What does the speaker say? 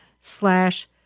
slash